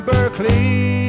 Berkeley